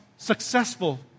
successful